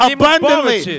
abundantly